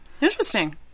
Interesting